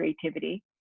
creativity